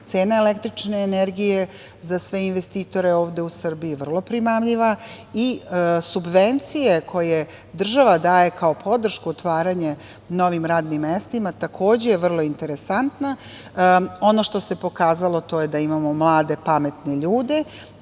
Cena električne energije za sve investitore ovde u Srbiji je vrlo primamljiva i subvencije koje država kao podršku otvaranju novih radnih mesta je takođe vrlo interesantna. Ono što se pokazalo, to je da imamo mlade, pametne ljude,